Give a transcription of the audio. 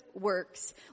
works